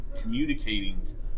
communicating